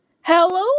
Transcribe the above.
Hello